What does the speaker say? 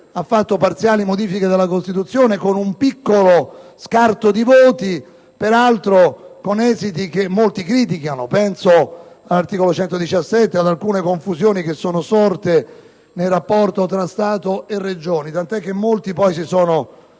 ha approvato parziali modifiche della Costituzione con un piccolo scarto di voti, peraltro con esiti che molti criticano, penso all'articolo 117 e ad alcune confusioni sorte nel rapporto tra Stato e Regioni, tant'è che molti si sono